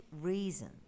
reason